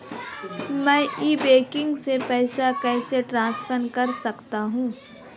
मैं e banking से पैसे कैसे ट्रांसफर कर सकता हूं?